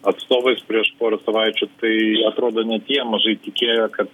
atstovais prieš porą savaičių tai atrodo ne jie mažai tikėjo kad